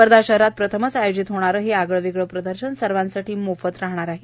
वर्धा शहरात प्रथमच आयोजित होणारे हे आगळेवेगळे प्रदर्शन सर्वांसाठी मोफत असणार आहे